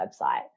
website